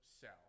sell